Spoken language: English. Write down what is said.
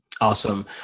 Awesome